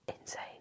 insane